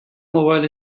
موبایل